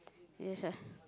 yes ah